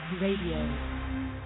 Radio